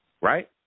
right